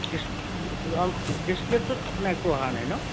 ডিছপ্লে'টোত আপোনাৰ একো অহা নাই ন